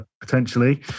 potentially